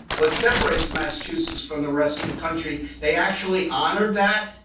what separates massachusetts from the rest of the country, they actually honored that,